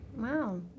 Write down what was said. Wow